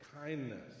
kindness